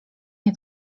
nie